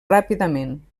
ràpidament